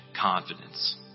confidence